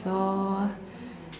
so